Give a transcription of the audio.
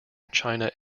china